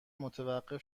متوقف